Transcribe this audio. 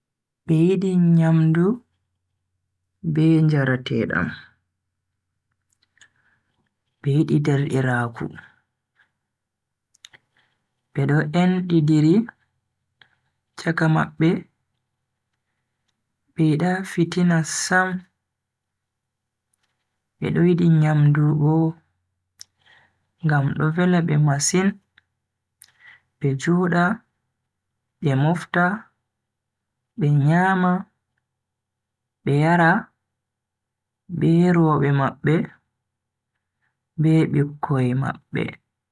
Be yidi nyamdu be njaratedam, be yidi derdiraaku. Be do endidiri chaka mabbe, be yida fitina sam. Be do yidi nyamdu bo ngam do vela be masin be joda be mofta be nyama be yara be roobe mabbe be bikkoi mabbe.